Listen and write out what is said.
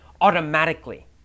automatically